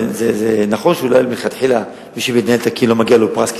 זה נכון שאולי מלכתחילה מי שמנהל תקין לא מגיע לו פרס,